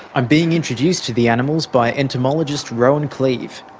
i'm being introduced to the animals by entomologist rohan cleave.